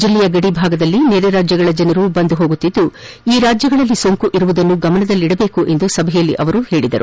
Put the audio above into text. ಜಿಲ್ಲೆಯ ಗಡಿ ಭಾಗದಲ್ಲಿ ನೆರೆ ರಾಜ್ದಗಳ ಜನರು ಬಂದು ಹೋಗುತ್ತಿದ್ದು ಈ ರಾಜ್ದಗಳಲ್ಲಿ ಸೋಂಕು ಇರುವುದನ್ನು ಗಮನದಲ್ಲಿಡಬೇಕು ಎಂದು ಸಭೆಯಲ್ಲಿ ಅವರು ಹೇಳಿದರು